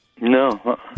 no